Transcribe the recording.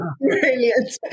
brilliant